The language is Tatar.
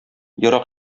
ерак